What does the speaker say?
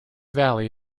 valley